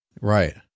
Right